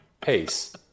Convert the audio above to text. pace